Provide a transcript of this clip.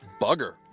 bugger